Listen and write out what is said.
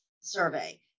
survey